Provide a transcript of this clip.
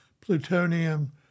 plutonium